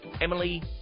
Emily